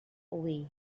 away